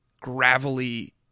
gravelly